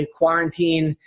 quarantine